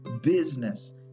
Business